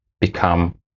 become